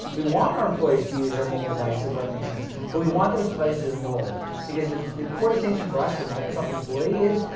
we want our employees to use their mobile devices where it makes sense, but we want those devices enrolled because but the core distinction for us, for a microsoft employee is,